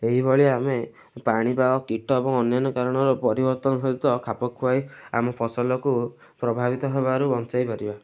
ଏଇଭଳି ଆମେ ପାଣି ବା କୀଟ ଏବଂ ଅନ୍ୟାନ୍ୟ କାରଣରୁ ପରିବର୍ତ୍ତନ ସହିତ ଖାପ ଖୁଆଇ ଆମ ଫସଲକୁ ପ୍ରଭାବିତ ହେବାରୁ ବଞ୍ଚାଇ ପାରିବା